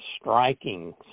striking